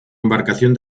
embarcación